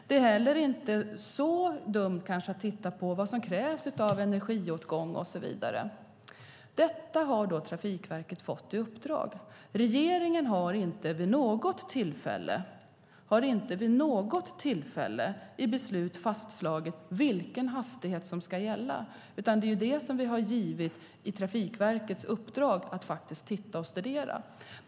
Det är kanske inte heller så dumt att titta på vad som krävs av energiåtgång och så vidare. Detta har Trafikverket fått i uppdrag. Regeringen har inte vid något tillfälle i beslut fastslagit vilken hastighet som ska gälla, utan det är det vi har givit Trafikverket i uppdrag att studera.